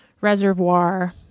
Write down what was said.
reservoir